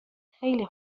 خیلی